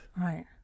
Right